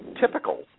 typical